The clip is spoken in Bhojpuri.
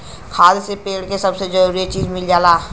खाद से पेड़ क सब जरूरी चीज मिल जाला